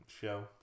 show